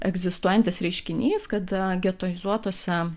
egzistuojantis reiškinys kada getuizuotose